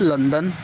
London